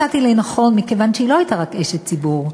מצאתי לנכון, מכיוון שהיא לא הייתה רק אשת ציבור,